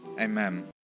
Amen